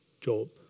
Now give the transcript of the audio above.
Job